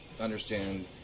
understand